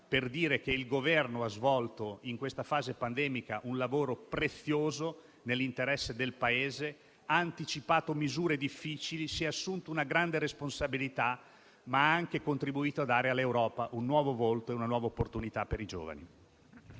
per dire che il Governo ha svolto in questa fase pandemica un lavoro prezioso nell'interesse del Paese, ha anticipato misure difficili, si è assunto una grande responsabilità, ma ha anche contribuito a dare all'Europa un nuovo volto e una nuova opportunità per i giovani.